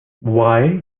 why